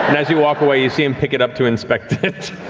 and as you walk away, you see him pick it up to inspect it.